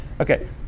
Okay